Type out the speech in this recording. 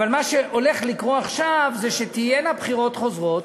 אבל מה שהולך לקרות עכשיו זה שתהיינה בחירות חוזרות,